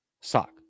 sock